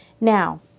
Now